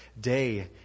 day